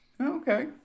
Okay